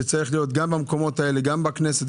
שצריך להיות גם במקומות האלה בכנסת,